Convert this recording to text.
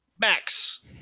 Max